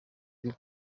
uyu